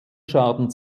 schaden